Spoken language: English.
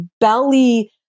belly